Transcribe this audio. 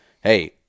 Hey